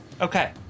Okay